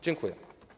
Dziękuję.